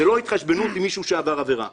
זו לא התחשבנות עם מישהו שעבר עבירה.